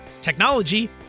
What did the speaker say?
technology